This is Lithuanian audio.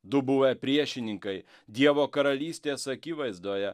du buvę priešininkai dievo karalystės akivaizdoje